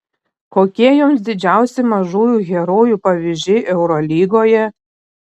kokie jums didžiausi mažųjų herojų pavyzdžiai eurolygoje